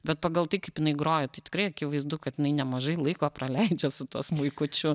bet pagal tai kaip jinai groja tai tikrai akivaizdu kad jinai nemažai laiko praleidžia su tuo smuikučiu